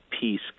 peace